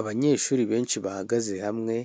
Abanyeshuri benshi bahagaze hamwe,